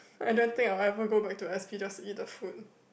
I don't think I'll ever go back to s_p just to eat the food